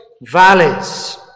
valleys